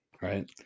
right